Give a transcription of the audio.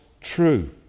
true